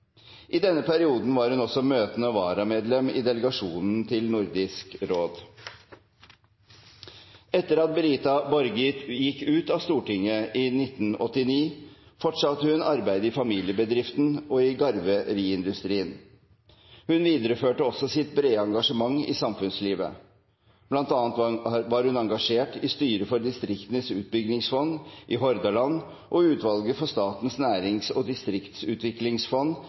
I denne perioden var hun også møtende varamedlem i delegasjonen til Nordisk råd. Etter at Brita Borge gikk ut av Stortinget i 1989, fortsatte hun arbeidet i familiebedriften og i garveriindustrien. Hun videreførte også sitt brede engasjement i samfunnslivet, bl.a. var hun engasjert i Styret for Distriktenes Utbyggingsfond i Hordaland og utvalget for Statens Nærings- og Distriktsutviklingsfond